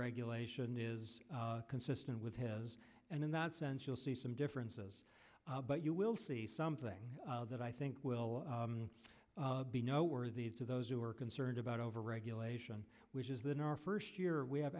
regulation is consistent with his and in that sense you'll see some differences but you will see something that i think will be no worthies to those who are concerned about overregulation which is than our first year we have